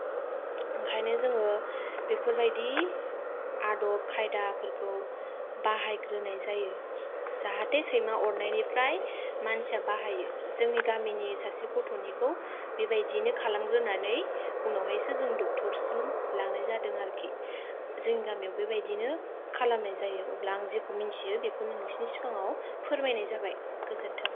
ओंखायनो जोङो बेफोरबादि आदब खायदाफोरखौ बाहायग्रोनाय जायो जाहाथे सैमा अरनायनिफ्राय मानसिया बाहायो जोंनि गामिनि सासे गथ'निखौ बिबायदिनो खालामग्रोनानै उनावहायसो जों ड'क्टरसिम लांनाय जादों आरोखि जोंनि गामियाव बेबादिनो खालामनाय जायो अब्ला आं जेखौ मिन्थियो बेखौनो नोंसिनि सिगाङाव फोरमायनाय जाबाय गोजोन्थों